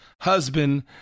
husband